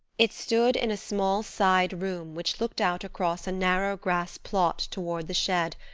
it stood in a small side room which looked out across a narrow grass plot toward the shed,